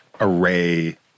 array